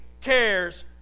cares